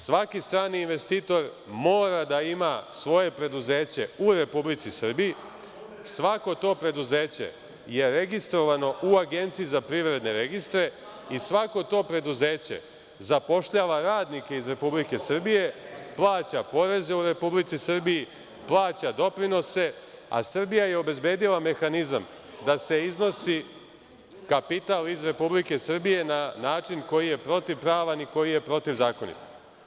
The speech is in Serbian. Svaki strani investitor mora da ima svoje preduzeće u Republici Srbiji, svako to preduzeće je registrovano u Agenciji za privredne registre i svako to preduzeće zapošljava radnike iz Republike Srbije, plaća poreze u Republici Srbiji, plaća doprinose, a Srbija je obezbedila mehanizam da se iznosi kapital iz Republike Srbije na način koji je protivpravan i koji je protiv zakonit.